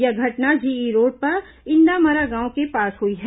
यह घटना GE road पर इंदामरा गांव के पास हुई है